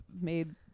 made